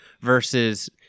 versus